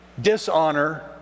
Dishonor